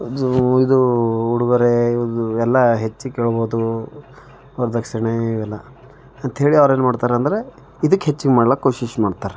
ಇದು ಇದು ಉಡುಗೊರೆ ಇದು ಎಲ್ಲ ಹೆಚ್ಚು ಕೇಳ್ಬೋದು ವರದಕ್ಷಿಣೆ ಇವೆಲ್ಲ ಅಂಥೇಳಿ ಅವರೇನು ಮಾಡ್ತಾರಂದ್ರೆ ಇದಕ್ಕೆ ಹೆಚ್ಚಿಗೆ ಮಾಡ್ಲಾಕ್ಕೆ ಕೋಶಿಶ್ ಮಾಡ್ತಾರೆ